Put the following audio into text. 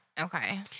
Okay